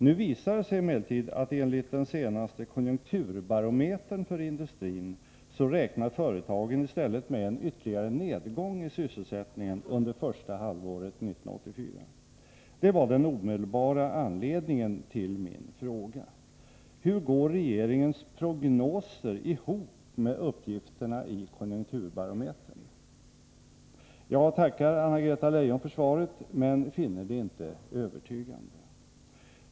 Nu visar det sig emellertid att enligt den senaste konjunkturbarometern för industrin räknar företagen i stället med en ytterligare nedgång i sysselsättningen under första halvåret 1984. Detta var den omedelbara anledningen till min fråga. Hur går regeringens prognoser ihop med uppgifterna i konjunkturbarometern? Jag tackar Anna-Greta Leijon för svaret men finner det inte övertygande.